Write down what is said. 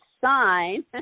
sign